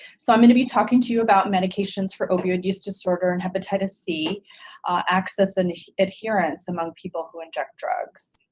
so i'm going to be talking to you about medications for opioid use disorder and hepatitis c access and adherence among people who inject drugs.